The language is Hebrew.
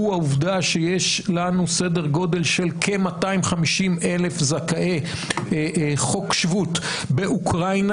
הוא העובדה שיש לנו סדר גודל של כ-250,000 זכאי חוק השבות באוקראינה,